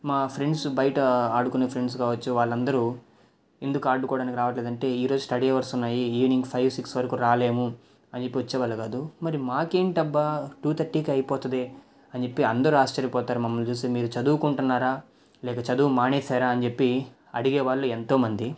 మా ఫ్రెండ్స్ బయట ఆడుకొనే ఫ్రెండ్స్ కావచ్చు వాళ్ళందరూ ఎందుకు ఆడుకోవడానికి రావట్లేదు అంటే ఈ రోజు స్టడీ అవర్స్ ఉన్నాయి ఈవినింగ్ ఫైవ్ సిక్స్ వరకు రాలేము అని చెప్పి వచ్చేవాళ్ళు కాదు మరి మాకు ఎంటబ్బా టూ థర్టీకి అయిపోతుంది అని చెప్పి అందరు ఆశ్చర్యపోతారు మమ్మల్ని చూసి మీరు చదువుకుంటున్నారా లేక చదువు మానేసారా అని చెప్పి అడిగేవాళ్ళు ఎంతో మంది